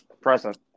Present